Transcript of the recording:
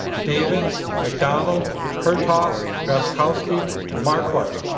davids mcdonald hertaus drazkowski and marquart.